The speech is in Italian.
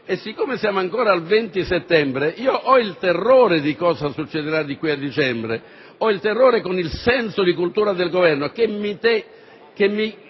Poiché siamo ancora al 20 settembre, ho il terrore di cosa succederà da qui al mese di dicembre. Ho il terrore, con il senso di cultura del governo che mi